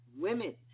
women